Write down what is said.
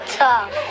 tough